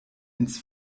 ins